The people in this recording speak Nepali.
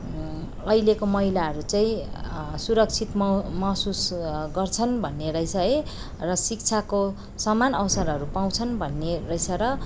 अहिलेको महिलाहरू चाहिँ सुरक्षित महसुस गर्छन् भन्ने रहेछ है र शिक्षाको समान अवसरहरू पाउँछन् भन्ने रहेछ र